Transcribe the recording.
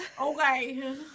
okay